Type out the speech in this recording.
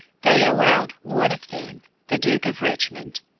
they allowed one of them, the duke of richmond,